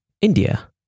India